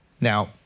now